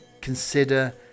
consider